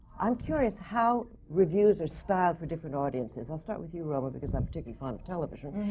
i'm curious how reviews are styled for different audiences. i'll start with you, roma, because i'm particularly fond of television.